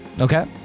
Okay